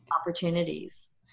opportunities